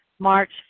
March